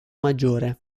maggiore